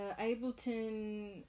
Ableton